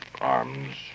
arms